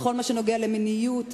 בכל מה שנוגע למיניות,